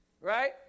right